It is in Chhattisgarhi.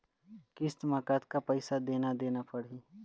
किस्त म कतका पैसा देना देना पड़ही?